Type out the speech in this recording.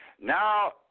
Now